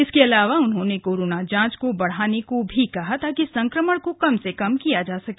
इसके अलावा उन्होंने कोरोना जांच को बढ़ाने को भी कहा ताकि संक्रमण को कम से कम किया जा सके